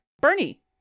Bernie